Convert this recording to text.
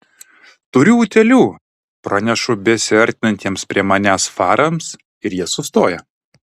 turiu utėlių pranešu besiartinantiems prie manęs farams ir jie sustoja